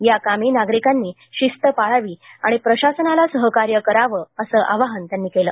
याकामी नागरिकांनी शिस्त पाळवी आणि प्रशासनाला सहकार्य करावं असं आवाहन त्यांनी केलं